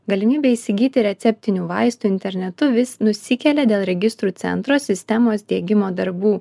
galimybė įsigyti receptinių vaistų internetu vis nusikelia dėl registrų centro sistemos diegimo darbų